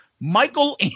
Michael